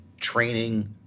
Training